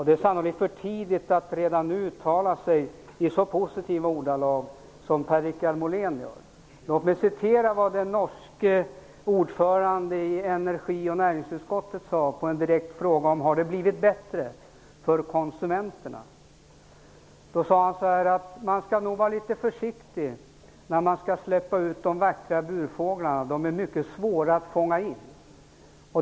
Det är sannolikt för tidigt att redan nu uttala sig i så positiva ordalag som Per-Richard Låt mig återge vad den norske ordföranden i energi och näringsutskottet sade som svar på den direkta frågan: Har det blivit bättre för konsumenterna? -- Man skall nog vara litet försiktig när man skall släppa ut de vackra burfåglarna. De är mycket svåra att fånga in.